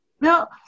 No